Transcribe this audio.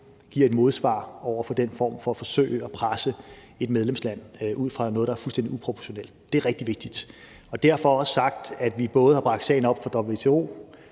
giver et modsvar over for den form for forsøg på at presse et medlemsland ud fra noget, der er fuldstændig uproportionalt. Det er rigtig vigtigt. Og dermed også sagt, at vi både har bragt sagen op for WTO,